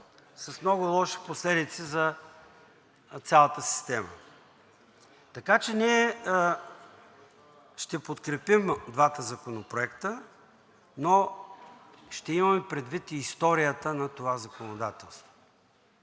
с много лоши последици за цялата система. Ние ще подкрепим двата законопроекта, но ще имаме предвид и историята на това законодателство,